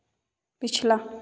पिछला